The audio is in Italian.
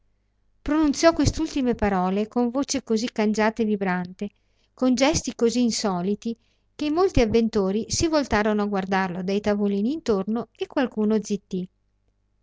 pronunziò quest'ultime parole con voce così cangiata e vibrante con gesti così insoliti che molti avventori si voltarono a guardarlo dai tavolini intorno e qualcuno zittì